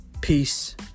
Peace